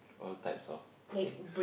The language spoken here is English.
all types of eggs